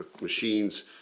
machines